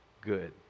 good